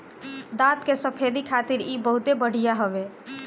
दांत के सफेदी खातिर इ बहुते बढ़िया हवे